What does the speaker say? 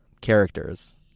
characters